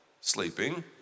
sleeping